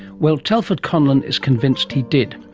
well, telford conlon is convinced he did.